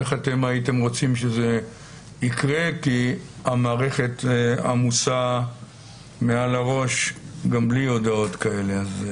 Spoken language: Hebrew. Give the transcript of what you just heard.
איך הייתם רוצים שזה יקרה כי המערכת עמוסה מעל הראש גם בלי הודעות כאלה.